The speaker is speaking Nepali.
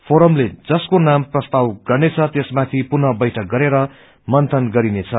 फोरमले जसको नाम प्रस्ताव गर्नेछ त्यसमाथि पुनः बैठक गरेर मन्यन गरिनेछ